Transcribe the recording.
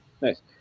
Nice